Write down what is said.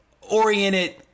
oriented